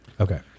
Okay